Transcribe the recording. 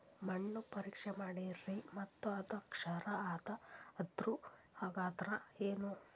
ಮಣ್ಣ ಪರೀಕ್ಷಾ ಮಾಡ್ಯಾರ್ರಿ ಮತ್ತ ಅದು ಕ್ಷಾರ ಅದ ಅಂದ್ರು, ಹಂಗದ್ರ ಏನು?